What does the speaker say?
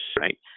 right